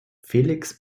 felix